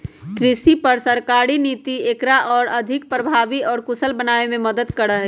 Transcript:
कृषि पर सरकारी नीति एकरा और अधिक प्रभावी और कुशल बनावे में मदद करा हई